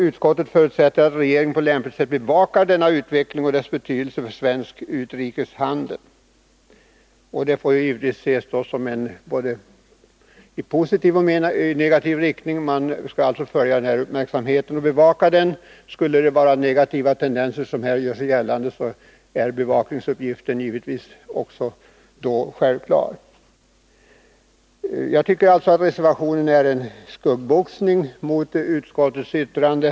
Utskottet förutsätter att regeringen på lämpligt sätt bevakar denna utveckling och dess betydelse för svensk utrikeshandel.” Detta får givetvis uppfattas så, att man skall följa utvecklingen och bevaka den i både positiv och negativ riktning. Skulle negativa tendenser göra sig gällande, skall de självfallet också uppmärksammas av regeringen och kunna föranleda åtgärder. Jag tycker att reservationen är en skuggboxning mot utskottets yttrande.